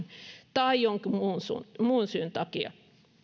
tai jonkun muun syyn takia